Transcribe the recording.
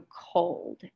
cold